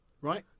right